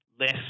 less